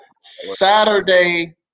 Saturday